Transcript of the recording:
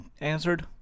answered